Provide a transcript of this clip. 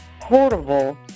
portable